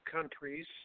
countries